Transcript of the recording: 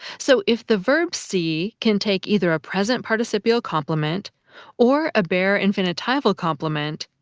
so if the verb see can take either a present participial complement or a bare infinitival complement,